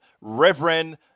Reverend